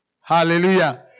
Hallelujah